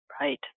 right